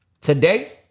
today